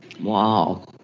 Wow